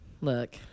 look